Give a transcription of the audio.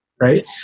Right